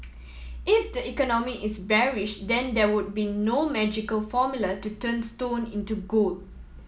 if the economy is bearish then there would be no magical formula to turn stone into gold